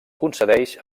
concedeix